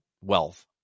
wealth